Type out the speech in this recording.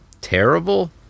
terrible